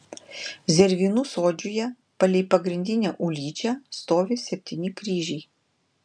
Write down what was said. zervynų sodžiuje palei pagrindinę ulyčią stovi septyni kryžiai